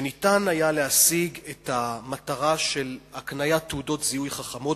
שניתן היה להשיג את המטרה של הקניית תעודות זיהוי חכמות